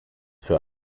für